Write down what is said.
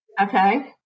Okay